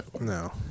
No